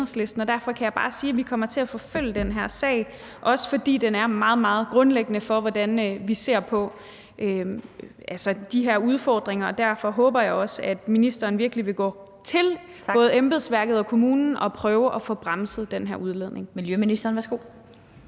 og derfor kan jeg bare sige, at vi kommer til at forfølge den her sag, også fordi den er meget, meget grundlæggende for, hvordan vi ser på de her udfordringer. Derfor håber jeg også, at ministeren virkelig vil gå til både embedsværket og kommunen og prøve at få bremset den her udledning. Kl. 14:42 Den fg.